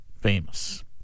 famous